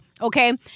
Okay